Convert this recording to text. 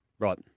Right